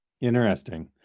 Interesting